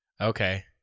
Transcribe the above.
Okay